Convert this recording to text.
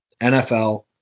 NFL